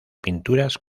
pinturas